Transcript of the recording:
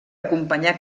acompanyar